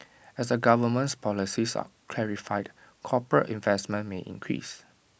as the government's policies are clarified corporate investment may increase